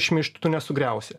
šmeižtu tu nesugriausi